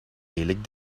lelijk